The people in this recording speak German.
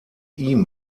ihm